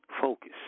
focus